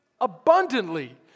abundantly